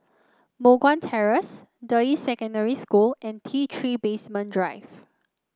Moh Guan Terrace Deyi Secondary School and T Three Basement Drive